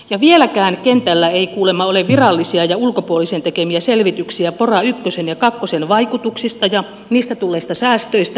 vieläkään kentällä ei kuulemma ole virallisia ja ulkopuolisen tekemiä selvityksiä pora ykkösen ja kakkosen vaikutuksista ja niistä tulleista säästöistä